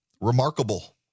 remarkable